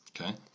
Okay